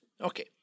Okay